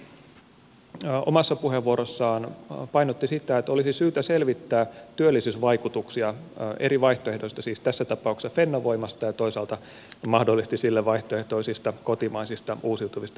edustaja katainen omassa puheenvuorossaan painotti sitä että olisi syytä selvittää työllisyysvaikutuksia eri vaihtoehdoista siis tässä tapauksessa fennovoimasta ja toisaalta mahdollisesti sille vaihtoehtoisista kotimaisista uusiutuvista energianlähteistä